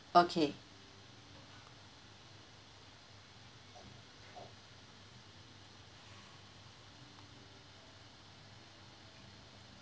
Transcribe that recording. okay